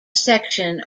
section